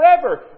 forever